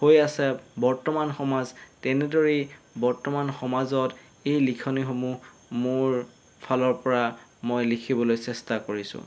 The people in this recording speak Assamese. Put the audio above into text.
হৈ আছে বৰ্তমান সমাজ তেনেদৰেই বৰ্তমান সমাজত এই লিখনিসমূহ মোৰ ফালৰ পৰা মই লিখিবলৈ চেষ্টা কৰিছোঁ